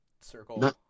circle